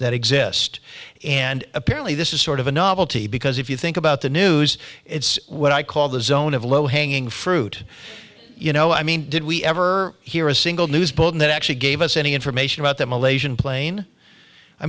that exist and apparently this is sort of a novelty because if you think about the news it's what i call the zone of low hanging fruit you know i mean did we ever hear a single news bulletin that actually gave us any information about that malaysian plane i